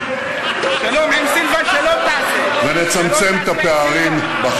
שלום עם סילבן שלום תעשה, שלום תעשה עם סילבן.